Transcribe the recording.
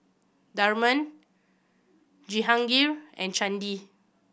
Tharman Jehangirr and Chandi